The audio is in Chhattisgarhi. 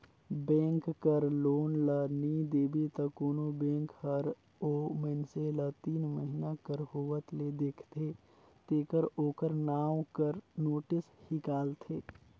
बेंक कर लोन ल नी देबे त कोनो बेंक हर ओ मइनसे ल तीन महिना कर होवत ले देखथे तेकर ओकर नांव कर नोटिस हिंकालथे